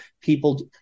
People